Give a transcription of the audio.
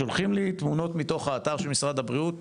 שולחים לי תמונות מתוך אתר משרד הבריאות,